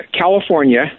California